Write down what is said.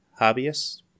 hobbyists